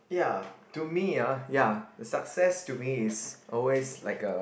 ya to me ah ya success to me is always like a